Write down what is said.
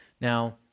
Now